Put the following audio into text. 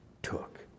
took